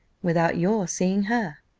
without your seeing her.